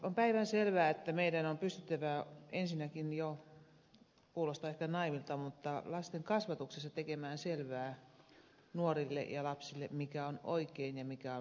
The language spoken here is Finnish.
on päivänselvää että meidän on pystyttävä ensinnäkin kuulostaa ehkä naiivilta jo lasten kasvatuksessa tekemään selväksi nuorille ja lapsille mikä on oikein ja mikä on väärin